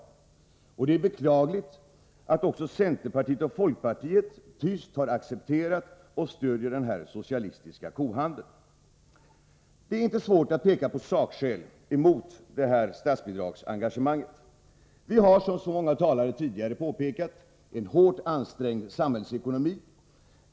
Vidare är det beklagligt att centerpartiet och folkpartiet tyst har accepterat, och även stöder, den här socialistiska kohandeln. Det är inte svårt att peka på sakskäl emot engagemanget i fråga om statsbidragen. Vi har, och det har många talare tidigare framhållit, en hårt ansträngt samhällsekonomi.